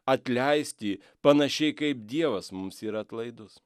atleisti panašiai kaip dievas mums yra atlaidus